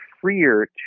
freer